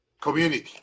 Community